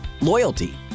loyalty